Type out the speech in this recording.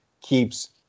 keeps